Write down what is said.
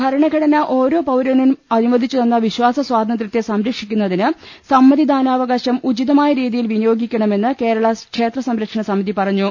ഭരണഘടന ഓരോ പൌരനും അനുവദിച്ചുതന്ന വിശ്വാസ സ്വാത ന്ത്ര്യത്തെ സംരക്ഷിക്കുന്നതിന് സമ്മതിദാനാവകാശം ഉചിതമായ രീതിയിൽ വിനിയോഗിക്കണമെന്ന് കേരള ക്ഷേത്രസംരക്ഷണസമിതി പറഞ്ഞു